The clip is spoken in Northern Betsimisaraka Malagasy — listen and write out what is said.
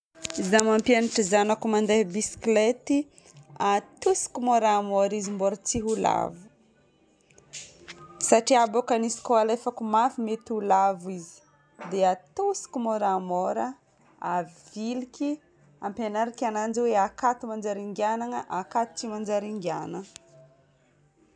Izaho mampianatra zanako mandeha bisikilety, atosiko môramôra izy mbô tsy ho lavo. Satria bôkany izy ko alefako mafy mety ho lavo izy. Dia atosiko môramôra, aviliky, ampiagnariko ananjy hoe akato manjary andiagnana, akato tsy manjary andiagnana.